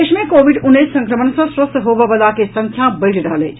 देश मे कोविड उन्नैस संक्रमण सँ स्वस्थ होबयवलाक संख्या बढ़ि रहल अछि